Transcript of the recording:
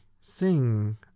sing